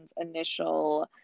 initial